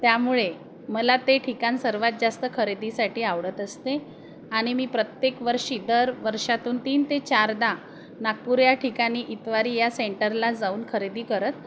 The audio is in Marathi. त्यामुळे मला ते ठिकाण सर्वात जास्त खरेदीसाठी आवडत असते आणि मी प्रत्येक वर्षी दर वर्षातून तीन ते चारदा नागपूर या ठिकाणी इतवारी या सेंटरला जाऊन खरेदी करत